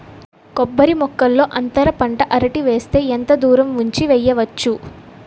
కొబ్బరి మొక్కల్లో అంతర పంట అరటి వేస్తే ఎంత దూరం ఉంచి వెయ్యొచ్చు?